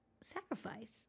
sacrifice